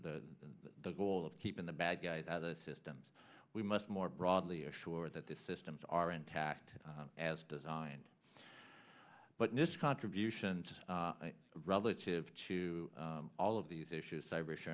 the goal of keeping the bad guys the systems we must more broadly assure that the systems are intact as designed but this contributions relative to all of these issues irish